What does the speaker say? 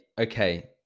okay